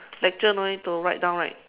lecture no need to write down right